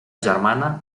germana